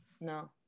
no